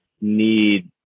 need